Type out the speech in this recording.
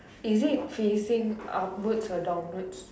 is it facing upwards or downwards